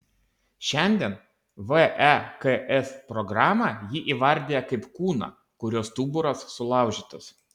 šiandien veks programą ji įvardija kaip kūną kurio stuburas sulaužytas